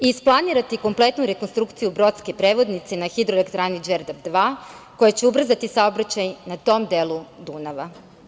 Isplanirati kompletnu rekonstrukciju brodske prevodnice na Hidroelektrani „Đerdap II“ koja će ubrzati saobraćaj na tom delu Dunava.